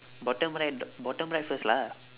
bottom right bottom right first lah